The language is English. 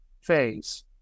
phase